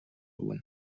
өгнө